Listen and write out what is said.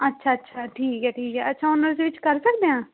ਅੱਛਾ ਅੱਛਾ ਠੀਕ ਹੈ ਠੀਕ ਹੈ ਅੱਛਾ ਦੇ ਵਿੱਚ ਕਰ ਸਕਦੇ ਹਾਂ